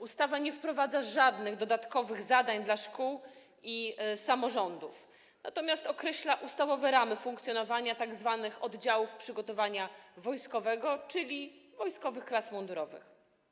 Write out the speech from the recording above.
Ustawa nie wprowadza żadnych dodatkowych zadań dla szkół i samorządów, natomiast określa ustawowe ramy funkcjonowania tzw. oddziałów przygotowania wojskowego, czyli wojskowych klas mundurowych.